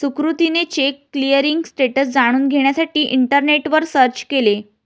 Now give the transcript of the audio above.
सुकृतीने cheque clearing status जाणून घेण्यासाठी इंटरनेटवर सर्च केले